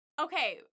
Okay